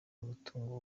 umutungo